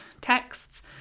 texts